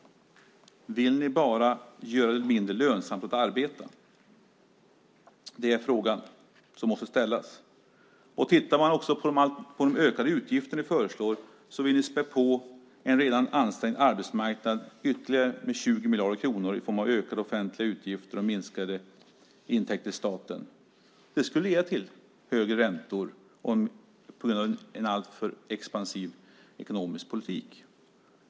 Vill ni bara göra det mindre lönsamt att arbeta? Det är frågan som måste ställas. Om man tittar på de ökade utgifter som ni föreslår vill ni späda på en redan ansträngd arbetsmarknad ytterligare med 20 miljarder kronor i form av ökade offentliga utgifter och minskade intäkter till staten. Det skulle leda till högre räntor och en alltför expansiv ekonomisk politik.